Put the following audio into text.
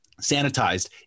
sanitized